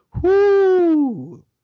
whoo